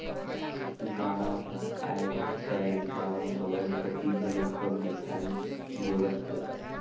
गाड़ा हर आएज काएल गाँव गंवई कती घलो कम दिखई देवत हे